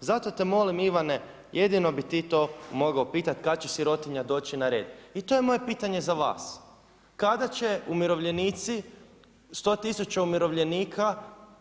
Zato te molim Ivane jedino bi ti to mogao pitati, kada će sirotinja doći na red.“ I to je moje pitanje za vas, kada će umirovljenici, 100.000 umirovljenika